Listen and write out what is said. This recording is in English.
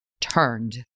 turned